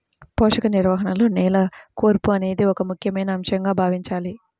పోషక నిర్వహణలో నేల కూర్పు అనేది ఒక ముఖ్యమైన అంశంగా భావించాలి